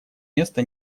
место